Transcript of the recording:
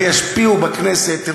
וישפיעו בכנסת.